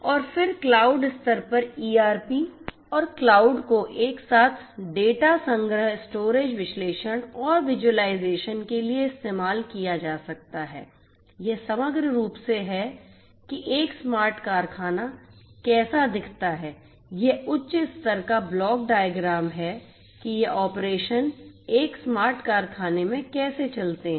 और फिर क्लाउड स्तर पर ईआरपी और क्लाउड को एक साथ डेटा संग्रह स्टोरेज विश्लेषण और विज़ुअलाइज़ेशन के लिए इस्तेमाल किया जा सकता है यह समग्र रूप से है कि एक स्मार्ट कारखाना कैसा दिखता है यह उच्च स्तर का ब्लॉक डायग्राम है कि ये ऑपरेशन एक स्मार्ट कारखाने में कैसे चलते हैं